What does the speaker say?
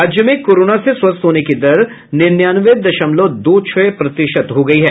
राज्य में कोरोना से स्वस्थ होने की दर निन्यानवे दशमलव दो छह प्रतिशत हो गयी है